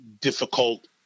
difficult